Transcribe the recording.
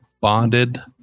bonded